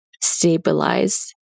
stabilize